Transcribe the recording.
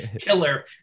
killer